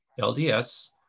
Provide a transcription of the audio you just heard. LDS